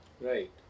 Right